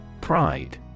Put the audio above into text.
Pride